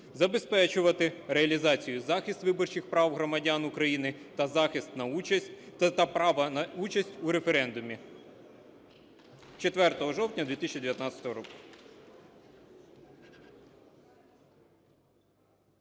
забезпечувати реалізацію і захист виборчих прав громадян України та права на участь у референдумі. 4 жовтня 2019 року.